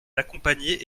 d’accompagner